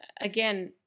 again